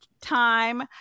time